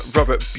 Robert